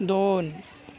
दोन